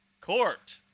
court